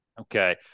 Okay